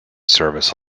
service